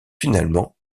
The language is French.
finalement